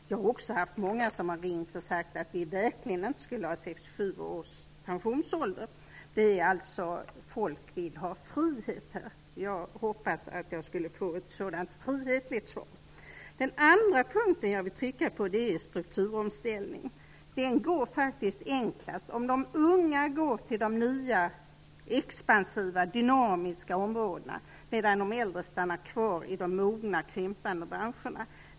Många har också ringt och sagt att vi verkligen inte skall ha 67 år som pensionsålder. Folk vill alltså ha frihet här. Jag hade hoppats att jag skulle få ett frihetligt svar. Den andra punkten jag vill trycka på gäller strukturomställning. Den går faktiskt enklast om de unga går till de nya, expansiva, dynamiska områdena, medan de äldre stannar kvar i de mogna, krympande branscherna.